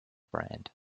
brand